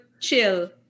chill